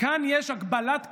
כאן יש הגבלת כהונה.